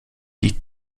die